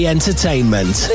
Entertainment